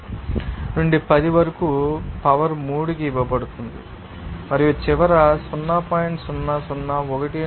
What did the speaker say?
65 నుండి 10 వరకు పవర్ 3 కి ఇవ్వబడుతుంది మరియు చివరికి 0